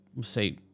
say